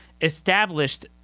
established